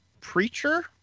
Preacher